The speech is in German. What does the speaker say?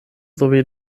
sowie